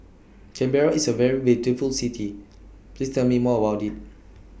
Canberra IS A very beautiful City Please Tell Me More about IT